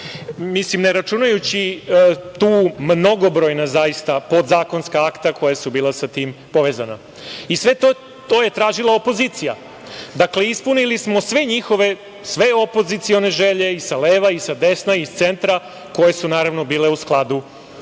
uslova, ne računajući tu mnogobrojna zaista podzakonska akta koja su bila sa tim povezana. Sve to je tražila opozicija. Dakle, ispunili smo sve njihove, sve opozicione želje, i sa leva i sa desna i iz centra, koje su, naravno, bile u skladu